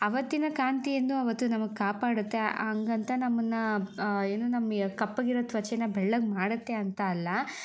ಆವತ್ತಿನ ಕಾಂತಿಯನ್ನು ಆವತ್ತು ನಮಗೆ ಕಾಪಾಡುತ್ತೆ ಹಂಗಂತ ನಮ್ಮನ್ನು ಏನು ನಮ್ಮ ಕಪ್ಪಗಿರೋ ತ್ವಚೆನ ಬೆಳ್ಳಗೆ ಮಾಡುತ್ತೆ ಅಂತ ಅಲ್ಲ